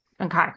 Okay